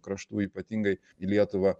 kraštų ypatingai į lietuvą